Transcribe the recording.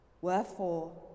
Wherefore